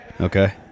Okay